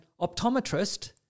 optometrist